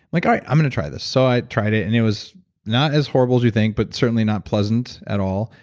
like, i'm going to try this. so i tried it and it was not as horrible as you think but certainly not pleasant at all,